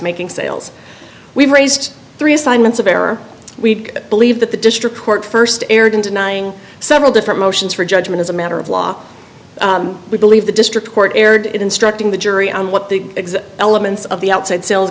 making sales we've raised three assignments of error we believe that the district court st aired in denying several different motions for judgment as a matter of law we believe the district court erred in instructing the jury on what the exact elements of the outside sales